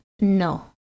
No